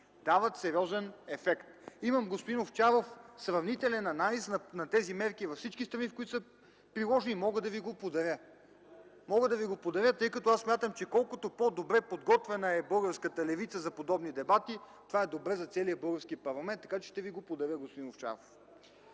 Дават сериозен ефект! Господин Овчаров, имам сравнителен анализ на тези мерки във всички страни, в които са приложени. Мога да Ви го подаря, тъй като смятам, че колкото по-подготвена е българската левица за подобни дебати, това е добре за целия български парламент. Така че ще Ви го подаря, господин Овчаров.